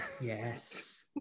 Yes